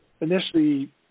initially